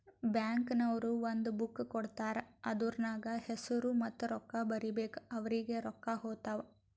bank ನವ್ರು ಒಂದ್ book ಕೊಡ್ತಾರ್ ಅದೂರ್ನಗ್ ಹೆಸುರ ಮತ್ತ ರೊಕ್ಕಾ ಬರೀಬೇಕು ಅವ್ರಿಗೆ ರೊಕ್ಕಾ ಹೊತ್ತಾವ್